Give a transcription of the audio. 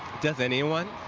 does anyone?